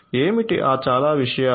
ఏమిటి ఆ చాలా విషయాలు